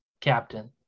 captain